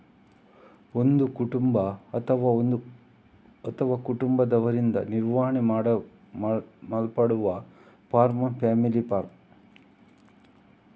ಒಂದು ಕುಟುಂಬ ಅಥವಾ ಕುಟುಂಬದವರಿಂದ ನಿರ್ವಹಣೆ ಮಾಡಲ್ಪಡುವ ಫಾರ್ಮ್ ಫ್ಯಾಮಿಲಿ ಫಾರ್ಮ್